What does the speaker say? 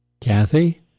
Kathy